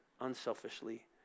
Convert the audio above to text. unselfishly